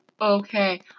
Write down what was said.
Okay